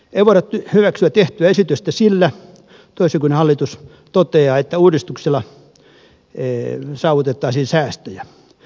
ei voida hyväksyä tehtyä esitystä sillä toisin kuin hallitus toteaa että uudistuksella saavutettaisiin säästöjä